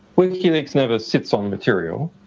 wikileaks never sits on material.